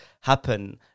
happen